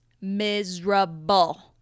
miserable